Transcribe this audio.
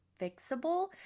fixable